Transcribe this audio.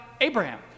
Abraham